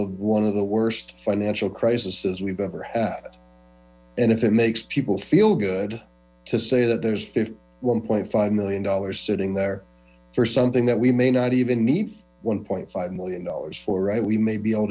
of one of the worst financial crisis as we've ever had and if it makes people feel good to say that there's one point five million dollars sitting there for something that we may not even need one point five million dollars for right we may be able